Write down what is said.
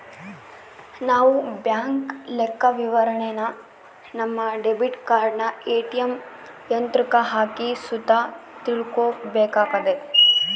ನಾವು ಬ್ಯಾಂಕ್ ಲೆಕ್ಕವಿವರಣೆನ ನಮ್ಮ ಡೆಬಿಟ್ ಕಾರ್ಡನ ಏ.ಟಿ.ಎಮ್ ಯಂತ್ರುಕ್ಕ ಹಾಕಿ ಸುತ ತಿಳ್ಕಂಬೋದಾಗೆತೆ